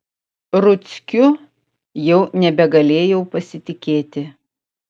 ruckiu jau nebegalėjau pasitikėti